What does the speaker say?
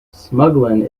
smuggling